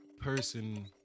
person